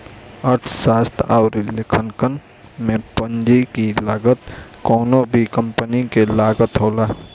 अर्थशास्त्र अउरी लेखांकन में पूंजी की लागत कवनो भी कंपनी के लागत होला